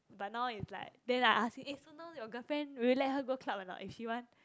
but now is like then I ask him eh so now your girlfriend will you let her go club or not if she want